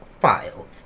files